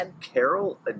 Carol